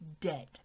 dead